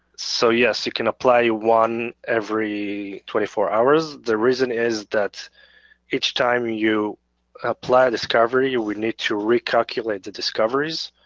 so yes he can apply one every twenty four hours. the reason is that each time you apply a discovery you would need to re-calculate the discoveries.